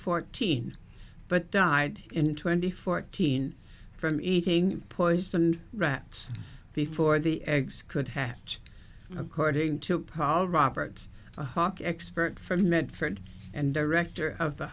fourteen but died in twenty fourteen from eating poisoned rats before the eggs could have according to paul roberts a hawk expert from medford and director of the